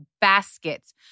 Baskets